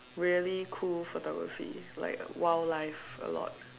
really cool photography like wildlife a lot